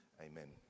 Amen